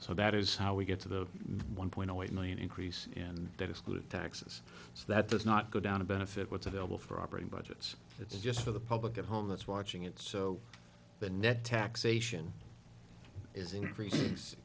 so that is how we get to the one point zero eight million increase and that excludes taxes so that does not go down to benefit what's available for operating budgets it's just for the public at home that's watching it so the net taxation is increas